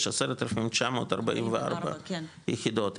יש 10,944 יחידות,